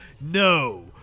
No